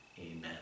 amen